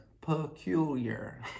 peculiar